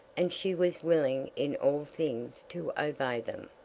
and she was willing in all things to obey them.